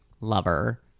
lover